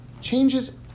changes